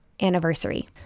anniversary